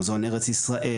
מוזיאון ארץ ישראל,